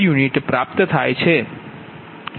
u પ્રાપ્ત થાય છે